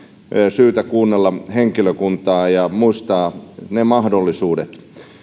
syytä kuunnella henkilökuntaa ja muistaa ne mahdollisuudet